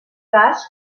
cas